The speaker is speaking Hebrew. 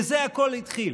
מזה הכול התחיל.